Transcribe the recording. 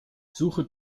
suche